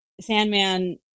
Sandman